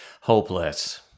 hopeless